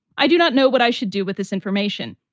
i do not know what i should do with this information.